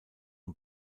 und